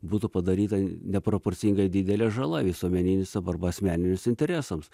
būtų padaryta neproporcingai didelė žala visuomeniniams arba asmeniniams interesams